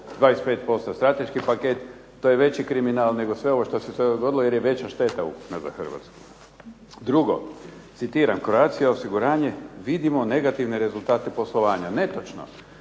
25% strateški paket, to je veći kriminal nego sve ovo što se dogodilo jer je veća šteta za Hrvatsku. Drugo, citiram: "Croatia osiguranje, vidimo negativne rezultate poslovanja." Netočno.